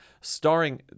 starring